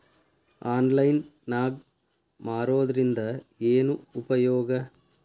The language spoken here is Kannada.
ಆನ್ಲೈನ್ ನಾಗ್ ಮಾರೋದ್ರಿಂದ ಏನು ಉಪಯೋಗ?